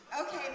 Okay